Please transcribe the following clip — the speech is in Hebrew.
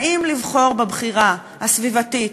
האם לבחור בבחירה הסביבתית,